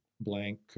blank